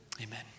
Amen